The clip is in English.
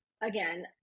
again